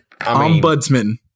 ombudsman